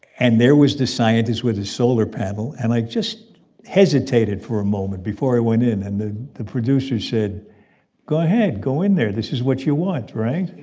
and there was this scientist with his solar panel, and i just hesitated for a moment before i went in. and the the producer said go ahead. go in there. this is what you want, right?